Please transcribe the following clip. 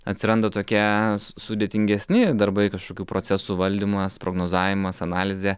atsiranda tokie sudėtingesni darbai kažkokių procesų valdymas prognozavimas analizė